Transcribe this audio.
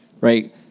Right